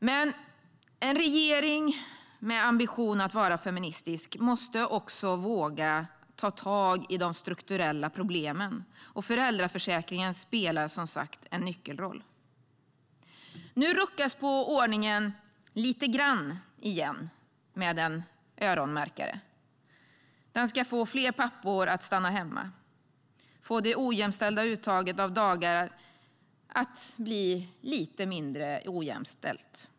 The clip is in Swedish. Men en regering med ambition att vara feministisk måste också våga ta tag i de strukturella problemen, och föräldraförsäkringen spelar som sagt en nyckelroll. Nu ruckas det på ordningen lite grann igen med en öronmärkning som ska få fler pappor att stanna hemma och få det ojämställda uttaget av dagar att bli lite mindre ojämställt.